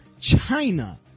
China